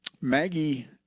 Maggie